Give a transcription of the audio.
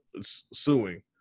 suing